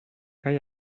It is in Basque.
gai